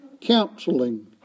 counseling